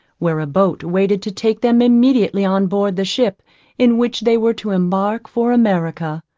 where a boat waited to take them immediately on board the ship in which they were to embark for america.